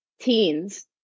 teens